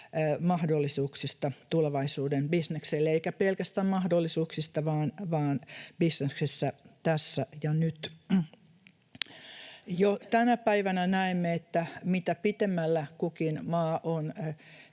mahdollisuuksista tulevaisuuden bisnekselle — eikä pelkästään mahdollisuuksista vaan bisneksestä tässä ja nyt. Jo tänä päivänä näemme, että mitä pitemmällä kukin maa on